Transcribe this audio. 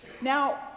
Now